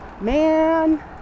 man